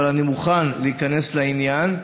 אבל אני מוכן להיכנס לעניין,